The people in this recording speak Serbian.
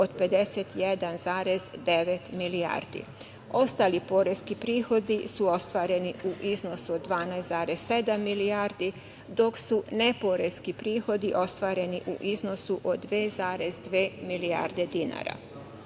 od 51,9 milijardi dinara. Ostali poreski prihodi su ostvareni u iznosu od 12,7 milijardi, dok su neporeski prihodi ostvareni u iznosu 2,2 milijarde dinara. Rashodi